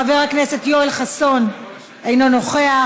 חבר הכנסת יואל חסון - אינו נוכח,